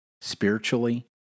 spiritually